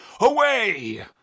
Away